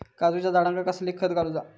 काजूच्या झाडांका कसला खत घालूचा?